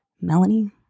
Melanie